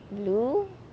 blue